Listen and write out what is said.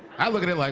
i look at it, like